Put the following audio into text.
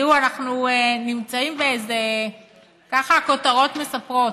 תראו, אנחנו נמצאים, ככה הכותרות מספרות,